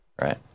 right